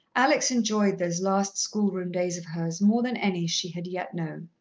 alex enjoyed those last schoolroom days of hers more than any she had yet known.